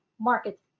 market